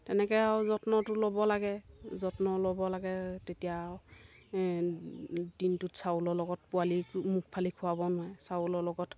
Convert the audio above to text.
তেনেকৈ আৰু যত্নটো ল'ব লাগে যত্ন ল'ব লাগে তেতিয়া আৰু দিনটোত চাউলৰ লগত পোৱালি মুখ ফালি খোৱাব নোৱাৰে চাউলৰ লগত